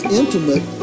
intimate